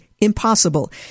impossible